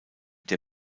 der